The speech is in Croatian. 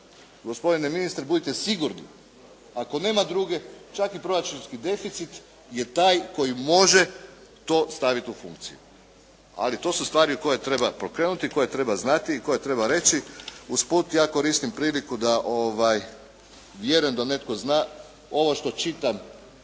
Gospodine ministre, budite sigurni ako nema druge čak i proračunski deficit je taj koji može to staviti u funkciju ali to su stvari koje treba pokrenuti i koje treba znati i koje treba reći. Usput, ja koristim priliku da vjerujem da netko zna ovo što čitam